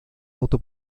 auto